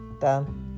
done